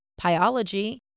Pyology